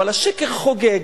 אבל השקר חוגג.